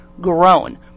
grown